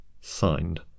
signed